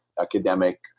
academic